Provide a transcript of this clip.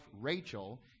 Rachel